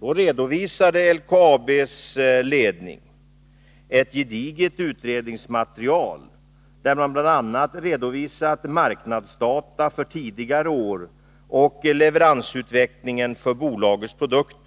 Då lade LKAB:s ledning fram ett gediget utredningsmaterial, där man bl.a. redovisade marknadsdata för tidigare år och leveransutvecklingen för bolagets produkter.